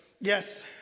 yes